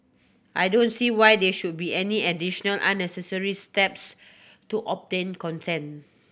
I don't see why there should be any additional unnecessary steps to obtain contain